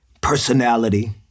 personality